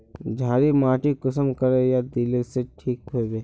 क्षारीय माटी कुंसम करे या दिले से ठीक हैबे?